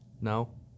No